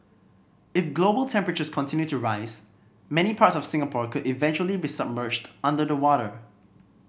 if global temperatures continue to rise many parts of Singapore could eventually be submerged under the water